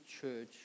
Church